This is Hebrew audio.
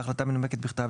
בהחלטה מנומקת בכתב,